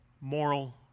moral